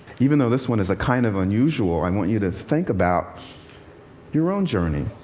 even though this one is kind of unusual, i want you to think about your own journey.